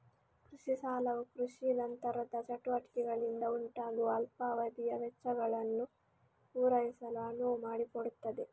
ಕೃಷಿ ಸಾಲವು ಕೃಷಿ ನಂತರದ ಚಟುವಟಿಕೆಗಳಿಂದ ಉಂಟಾಗುವ ಅಲ್ಪಾವಧಿಯ ವೆಚ್ಚಗಳನ್ನು ಪೂರೈಸಲು ಅನುವು ಮಾಡಿಕೊಡುತ್ತದೆ